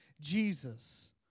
Jesus